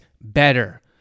better